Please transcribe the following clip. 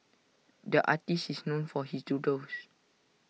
the artist is known for his doodles